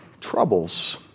troubles